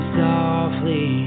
softly